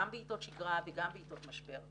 גם בעיתות שגרה וגם בעיתות משבר,